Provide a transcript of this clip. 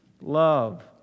love